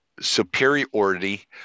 superiority